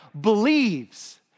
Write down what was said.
believes